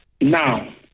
Now